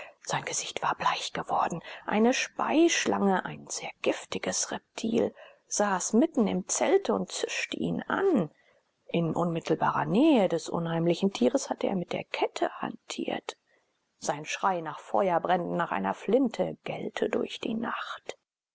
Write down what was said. sein gesicht war bleich geworden eine speischlange ein sehr giftiges reptil saß mitten im zelte und zischte ihn an in unmittelbarer nähe des unheimlichen tieres hatte er mit der kette hantiert sein schrei nach feuerbränden nach einer flinte gellte durch die nacht